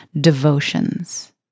devotions